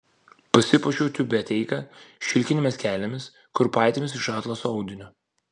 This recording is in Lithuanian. pasipuošiau tiubeteika šilkinėmis kelnėmis kurpaitėmis iš atlaso audinio